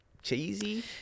cheesy